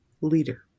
leader